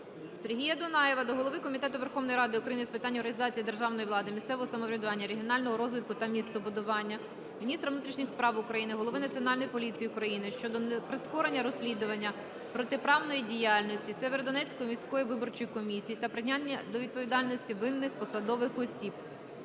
Сергія Дунаєва до голови Комітету Верховної Ради України з питань організації державної влади, місцевого самоврядування, регіонального розвитку та містобудування, міністра внутрішніх справ України, голови Національної поліції України щодо прискорення розслідування протиправної діяльності Сєвєродонецької міської виборчої комісії та притягнення до відповідальності винних посадових осіб.